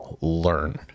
learn